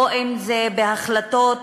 אם בהחלטות